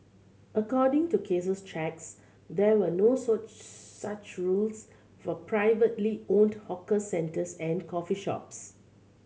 according to Case's checks there were no such rules for privately owned hawker centres and coffee shops